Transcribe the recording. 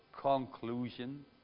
conclusion